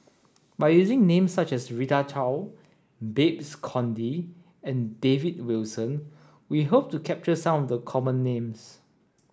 by using names such as Rita Chao Babes Conde and David Wilson we hope to capture some of the common names